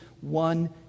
one